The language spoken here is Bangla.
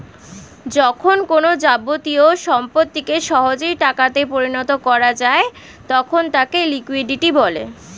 যখন কোনো যাবতীয় সম্পত্তিকে সহজেই টাকা তে পরিণত করা যায় তখন তাকে লিকুইডিটি বলে